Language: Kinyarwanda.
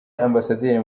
ambasaderi